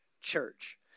church